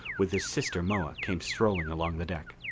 with his sister moa came strolling along the deck.